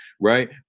Right